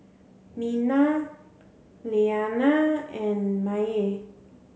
Mena Lillianna and Maye